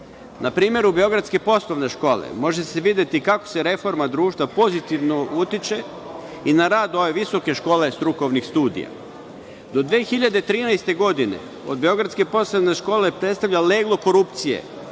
Na primeru Beogradske poslovne škole može se videti kako reforma društva pozitivno utiče i na rad ove visoke škole strukovnih studija. Do 2013. godine Beogradska poslovna škola predstavlja leglo korupcije